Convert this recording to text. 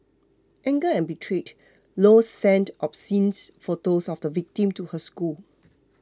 anger and betrayed Low sent obscene photos of the victim to her school